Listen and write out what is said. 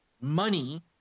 money